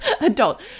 adult